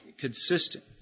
Consistent